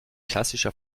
klassischer